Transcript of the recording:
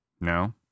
No